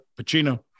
pacino